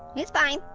it's fine.